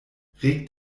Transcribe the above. reg